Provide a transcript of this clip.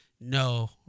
no